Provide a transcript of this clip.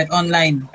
online